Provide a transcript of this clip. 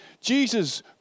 Jesus